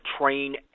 train